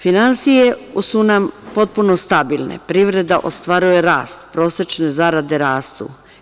Finansije su nam potpuno stabilne, privreda ostvaruje rast, prosečne zarade rastu.